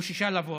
בוששה לבוא.